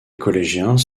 collégiens